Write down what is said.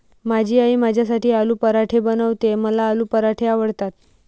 माझी आई माझ्यासाठी आलू पराठे बनवते, मला आलू पराठे आवडतात